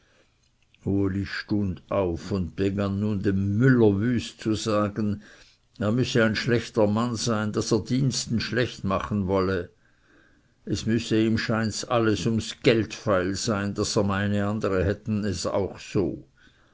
uli stund auf und begann nun dem müller wüst zu sagen er müsse ein schlechter mann sein daß er diensten schlecht machen wolle es müsse ihm scheints alles ums geld feil sein daß er meine andere hätten es auch so